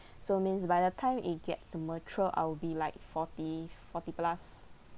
so means by the time it gets to matured I'll be like forty forty plus